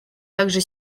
также